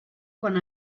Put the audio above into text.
quan